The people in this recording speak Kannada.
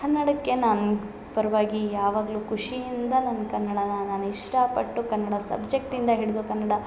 ಕನ್ನಡಕ್ಕೆ ನಾನು ಪರವಾಗಿ ಯಾವಾಗಲು ಖುಷಿಯಿಂದ ನಾನು ಕನ್ನಡನ ನಾನು ಇಷ್ಟ ಪಟ್ಟು ಕನ್ನಡ ಸಬ್ಜೆಕ್ಟ್ ಇಂದ ಹಿಡ್ದು ಕನ್ನಡ